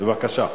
בבקשה.